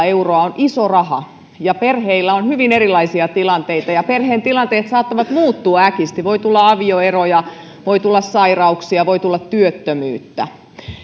euroa on iso raha perheillä on hyvin erilaisia tilanteita ja perheen tilanteet saattavat muuttua äkisti voi tulla avioeroja voi tulla sairauksia voi tulla työttömyyttä